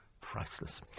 Priceless